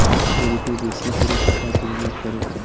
যদি কেউ বেশি করে টাকা বিনিয়োগ করে